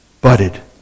Butted